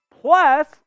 Plus